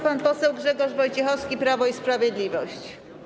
Pan poseł Grzegorz Wojciechowski, Prawo i Sprawiedliwość.